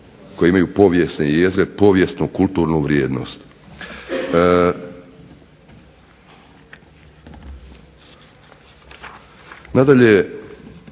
koje imaju povijesne jezgre, povijesno-kulturnu vrijednost. Nadalje,